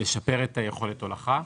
לשפר את יכולת ההולכה,